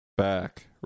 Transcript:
back